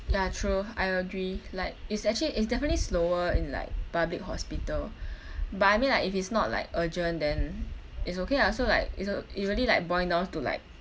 ya true I agree like it's actually is definitely slower in like public hospital but I mean like if it's not like urgent then it's okay ah so like it so it really like boil downs to like